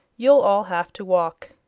you'll all have to walk.